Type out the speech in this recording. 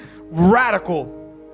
radical